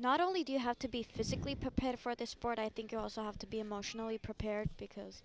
not only do you have to be physically prepared for this part i think you also have to be emotionally prepared because